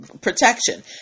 protection